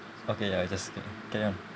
okay ah I just mm carry on